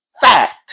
fact